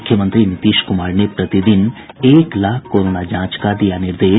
मूख्यमंत्री नीतीश कुमार ने प्रतिदिन एक लाख कोरोना जांच का दिया निर्देश